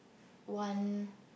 one